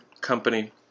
company